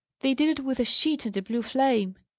they did it with a sheet and a blue flame,